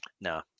No